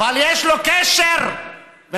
הבצורת לא מפלה בין